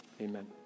Amen